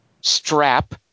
Strap